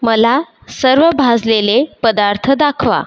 मला सर्व भाजलेले पदार्थ दाखवा